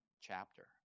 chapter